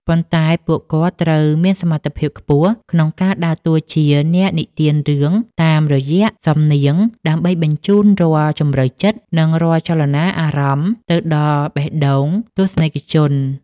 ប៉ុន្តែពួកគាត់ត្រូវមានសមត្ថភាពខ្ពស់ក្នុងការដើរតួជា អ្នកនិទានរឿងតាមរយៈសំនៀង ដើម្បីបញ្ជូនរាល់ជម្រៅចិត្ត និងរាល់ចលនាអារម្មណ៍ឱ្យទៅដល់បេះដូងទស្សនិកជន។